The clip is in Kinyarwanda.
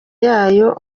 yayo